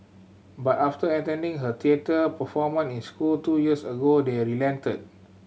but after attending her theatre performant in school two years ago they relented